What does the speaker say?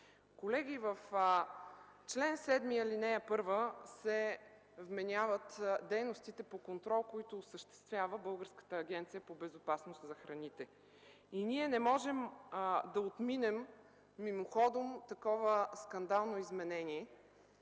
Колеги, в чл. 7, ал. 1 се вменяват дейностите по контрол, които осъществява Българската агенция по безопасност на храните. Не можем да отминем мимоходом такова скандално изменение,